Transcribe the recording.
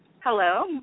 Hello